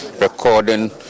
recording